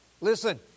Listen